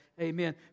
Amen